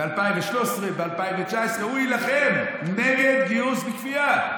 ב-2013, ב-2019, הוא יילחם נגד גיוס בכפייה.